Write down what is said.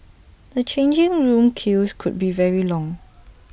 the changing room queues could be very long